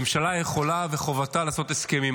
ממשלה יכולה, וחובתה, לעשות הסכמים.